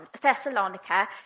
Thessalonica